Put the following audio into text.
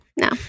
No